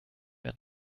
mehr